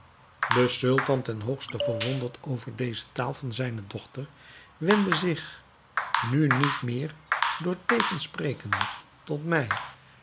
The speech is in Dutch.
de sultan ten hoogste verwonderd over deze taal van zijne dochter wendde zich nu niet meer door teekens sprekende tot mij